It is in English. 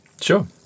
Sure